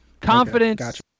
Confidence